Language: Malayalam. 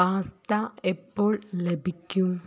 പാസ്ത എപ്പോൾ ലഭിക്കും